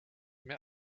mehr